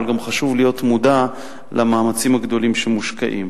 אבל גם חשוב להיות מודע למאמצים הגדולים שמושקעים.